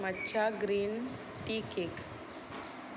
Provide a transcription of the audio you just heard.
माच्छा green tea cake